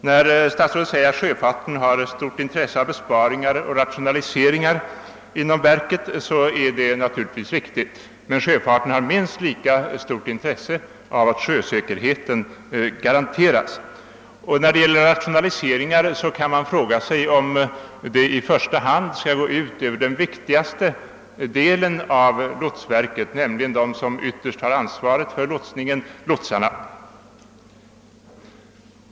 När statsrådet säger att sjöfarten har stort intresse av besparingar och rationaliseringar inom verket, så är det naturligtvis riktigt. Men sjöfarten har minst lika stort intresse av att sjösäkerheten garanteras. Man kan också fråga sig om rationaliseringarna bör gå ut över den viktigaste delen av lotsverket, nämligen dem som ytterst har ansvaret för lotsningen, dvs. lotsarna.